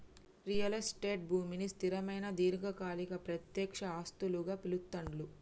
real estate భూమిని స్థిరమైన దీర్ఘకాలిక ప్రత్యక్ష ఆస్తులుగా పిలుత్తాండ్లు